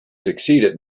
succeeded